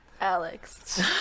Alex